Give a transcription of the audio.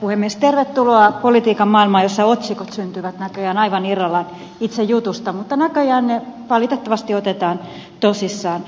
tervetuloa politiikan maailmaan jossa otsikot syntyvät näköjään aivan irrallaan itse jutusta mutta näköjään ne valitettavasti otetaan tosissaan